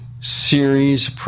series